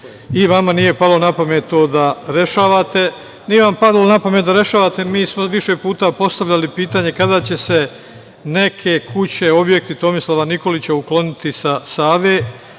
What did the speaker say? vode. Vama nije palo na pamet to da da rešavate. Nije vam palo na pamet da rešavate, mi smo više puta postavljali pitanje kada će se neke kuće, objekti, Tomislava Nikolića ukloniti sa Save.